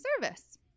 service